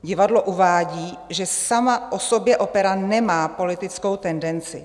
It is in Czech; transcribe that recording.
Divadlo uvádí, že sama o sobě opera nemá politickou tendenci.